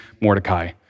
Mordecai